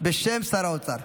שר האוצר.